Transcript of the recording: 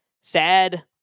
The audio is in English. sad